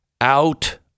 out